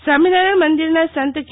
સ્વામિનારાયણ મંદિરના સંત કે